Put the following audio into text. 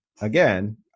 Again